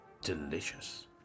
Delicious